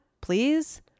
please